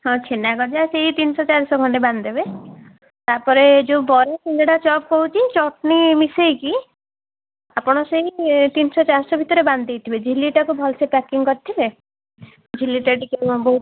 ହଁ ଛେନାଗଜା ସେଇ ତିନିଶହ ଚାରିଶହ ଖଣ୍ଡେ ବାନ୍ଧିଦେବେ ତା'ପରେ ଯେଉଁ ବରା ସିଙ୍ଗଡ଼ା ଚପ୍ କହୁଚି ଚଟନୀ ମିଶାଇକି ଆପଣ ସେଇ ତିନିଶହ ଚାରିଶହ ଭିତରେ ବାନ୍ଧି ଦେଇଥିବେ ଝିଲ୍ଲିଟାକୁ ଭଲ ସେ ପ୍ୟାକିଂ କରିଥିବେ ଝିଲ୍ଲୀଟା ଟିକେ